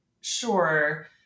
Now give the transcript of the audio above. Sure